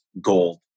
gold